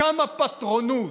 כמה פטרונות,